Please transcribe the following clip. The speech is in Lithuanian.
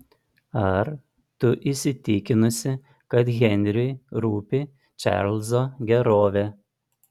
ar tu įsitikinusi kad henriui rūpi čarlzo gerovė